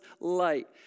light